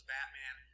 Batman